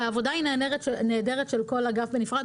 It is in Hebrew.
העבודה הנהדרת של כל אגף בנפרד,